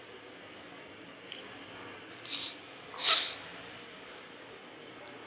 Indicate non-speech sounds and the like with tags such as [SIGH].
[BREATH]